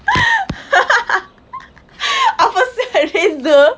apasal razor